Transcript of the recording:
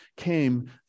Came